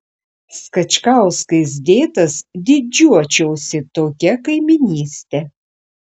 skačkauskais dėtas didžiuočiausi tokia kaimynyste